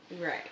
Right